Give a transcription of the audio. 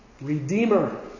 Redeemer